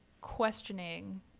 questioning